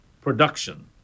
production